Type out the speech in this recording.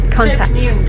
contacts